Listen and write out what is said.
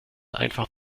einfach